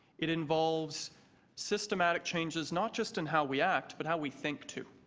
it involves systematic changes not just in how we act but how we think, too,